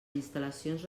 instal·lacions